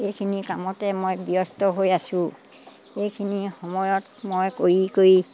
এইখিনি কামতে মই ব্যস্ত হৈ আছো এইখিনি সময়ত মই কৰি কৰি